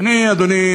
אדוני,